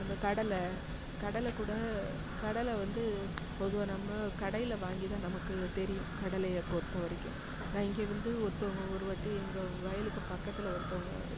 அந்த கடலை கடலைக்கூட கடலை வந்து பொதுவாக நம்ம கடையில் வாங்கி தான் நமக்கு தெரியும் கடலையை பொறுத்த வரைக்கும் நான் இங்கே இருந்து ஒருத்தவங்க ஒருவாட்டி எங்கள் வயலுக்கு பக்கத்தில் ஒருத்தவங்க